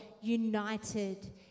united